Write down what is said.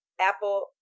Apple